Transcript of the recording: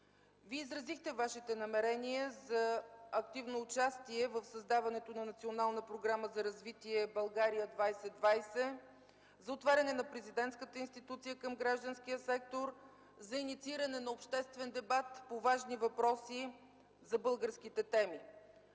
Вие изразихте Вашите намерения за активно участие в създаването на Национална програма за развитие „България 2020”, за отваряне на президентската институция към гражданския сектор, за иницииране на обществен дебат по важни въпроси, за българските теми.